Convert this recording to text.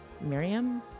Miriam